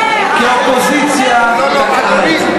כי האופוזיציה תקעה את זה.